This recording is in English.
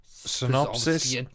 Synopsis